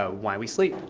ah why we sleep.